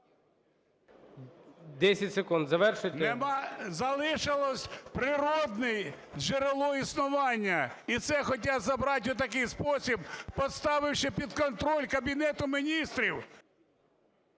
10 секунд завершуйте. НІМЧЕНКО В.І. Залишилося природне джерело існування, і це хочуть забрати у такий спосіб, поставивши під контроль Кабінету Міністрів.